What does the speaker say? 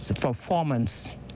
performance